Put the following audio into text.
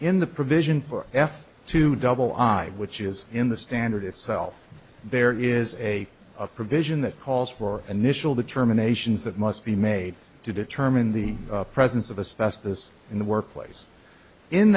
in the provision for f to double i which is in the standard itself there is a provision that calls for initial determinations that must be made to determine the presence of a specialist in the workplace in